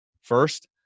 First